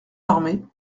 armées